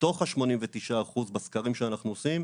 מתוך ה-89% בסקרים שאנחנו עושים,